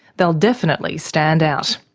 they'll definitely stand out.